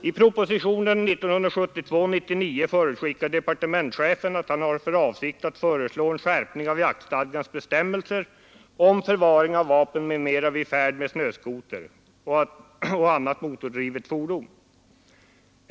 I propositionen 99 förutskickar departementschefen att han har för avsikt att föreslå en skärpning av jaktstadgans bestämmelser om förvaring av vapen m.m. vid färd med snöskoter och annat motordrivet fordon.